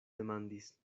demandis